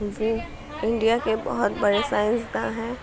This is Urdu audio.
وہ انڈیا کے بہت بڑے سائنس داں ہیں